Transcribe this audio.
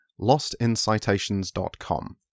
lostincitations.com